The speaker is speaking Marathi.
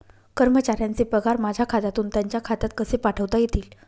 कर्मचाऱ्यांचे पगार माझ्या खात्यातून त्यांच्या खात्यात कसे पाठवता येतील?